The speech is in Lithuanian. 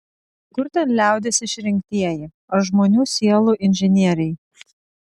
kur ten liaudies išrinktieji ar žmonių sielų inžinieriai